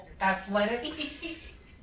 Athletics